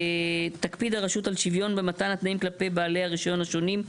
תקפיד הרשות על שוויון במתן התנאים כלפי בעלי הרישיון השונים".